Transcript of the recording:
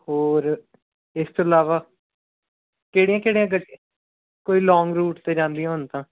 ਹੋਰ ਇਸ ਤੋਂ ਇਲਾਵਾ ਕਿਹੜੀਆਂ ਕਿਹੜੀਆਂ ਗ ਕੋਈ ਲੋਂਗ ਰੂਟ 'ਤੇ ਜਾਂਦੀ ਹੋਣ ਤਾਂ